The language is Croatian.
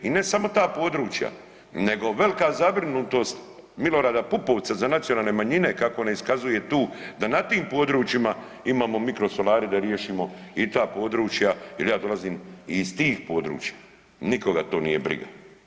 I ne samo ta područja, nego velika zabrinutost Milorada Pupovca za nacionalne manjine kako ne iskazuje tu da na tim područjima imamo mikrosolare da riješimo i ta područja, jer ja dolazim i iz tih područja, nikoga to nije briga.